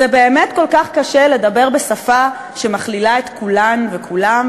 זה באמת כל כך קשה לדבר בשפה שמכלילה את כולן וכולם?